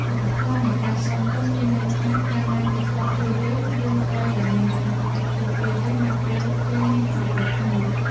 វប្បធម៌នៃការសងគុណមានន័យថា កាលណាគេធ្លាប់ជួយយើង យើងត្រូវតែមានកាតព្វកិច្ចជួយគេវិញនៅពេលគេមានធុរៈដូចគ្នា។